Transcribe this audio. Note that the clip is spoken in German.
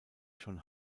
schon